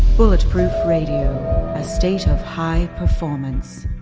bulletproof radio. a state of high performance